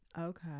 okay